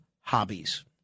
hobbies